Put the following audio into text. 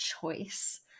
choice